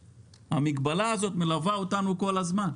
המגבלה הזאת מלווה אותנו כל הזמן.